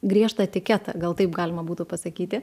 griežtą etiketą gal taip galima būtų pasakyti